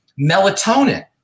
melatonin